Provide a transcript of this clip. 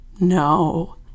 No